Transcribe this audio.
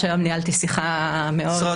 והיום ניהלתי שיחה --- משרד